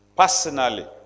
Personally